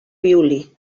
violí